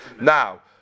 Now